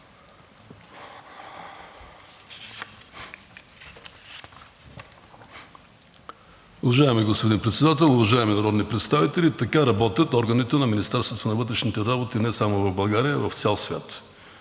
Уважаеми господин Председател, уважаеми народни представители! Така работят органите на Министерството на вътрешните работи не само в България, а и в цял свят.